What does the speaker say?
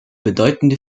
bedeutende